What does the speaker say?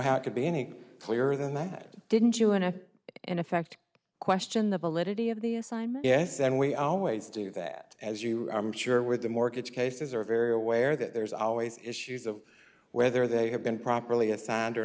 how it could be any clearer than that didn't you and i in effect question the validity of the assignment yes and we always do that as you i'm sure with the mortgage cases are very aware that there's always issues of whether they have been properly assigned or